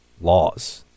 laws